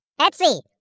Etsy